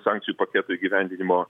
sankcijų paketo įgyvendinimo